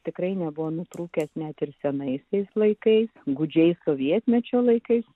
tikrai nebuvo nutrūkęs net ir senaisiais laikais gūdžiais sovietmečio laikais